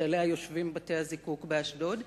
שעליהם יושבים בתי-הזיקוק באשדוד,